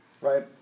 right